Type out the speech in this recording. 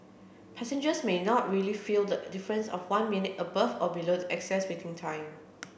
passengers may not really feel the difference of one minute above or below the excess waiting time